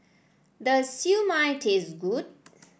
does Siew Mai taste good